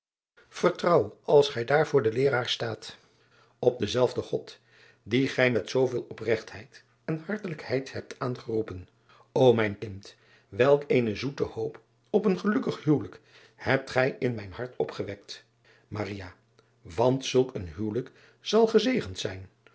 ertrouw als gij daar voor den eeraar staat op denzelfden od dien gij met zooveel opregtheid en hartelijkheid hebt aangeroepen o mijn kind welk eene zoete hoop op een gelukkig huwelijk hebt gij in mijn hart opgewekt want zulk een huwelijk zal gezegend zijn